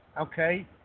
Okay